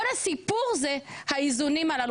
כל הסיפור זה האיזונים הללו.